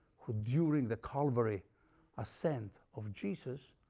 who during the calvary ascent of jesus,